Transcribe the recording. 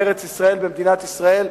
בארץ-ישראל, במדינת ישראל.